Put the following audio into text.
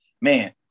man